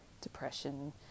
depression